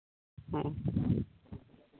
ᱦᱮᱸ